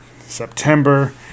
September